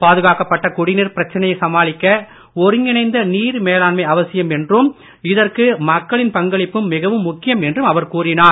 பாதுகாக்கப்பட்ட குடிநீர் பிரச்சனையை சமாளிக்க ஒருங்கிணைந்த நீர் மேலாண்மை அவசியம் என்றும் இதற்கு மக்களின் பங்களிப்பும் மிகவும் முக்கியம் என்றும் அவர் கூறினார்